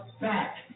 back